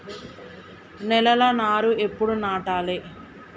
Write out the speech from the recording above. నేలలా నారు ఎప్పుడు నాటాలె?